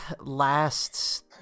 last